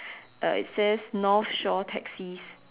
uh it says North Shore taxis